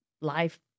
life